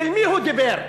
אל מי הוא דיבר?